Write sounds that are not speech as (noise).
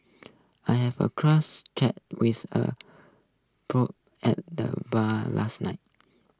I have a (unintelligible) chat with a (unintelligible) at the bar last night